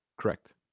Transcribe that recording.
Correct